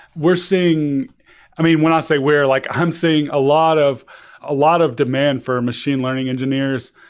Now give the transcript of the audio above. we're seeing i mean, when i say we're like, i'm seeing a lot of ah lot of demand for machine learning engineers.